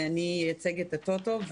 אני אייצג את הטוטו.